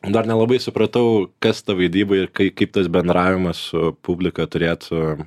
dar nelabai supratau kas ta vaidyba ir kaip kaip tas bendravimas su publika turėtų